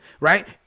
right